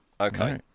okay